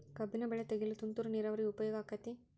ಕಬ್ಬಿನ ಬೆಳೆ ತೆಗೆಯಲು ತುಂತುರು ನೇರಾವರಿ ಉಪಯೋಗ ಆಕ್ಕೆತ್ತಿ?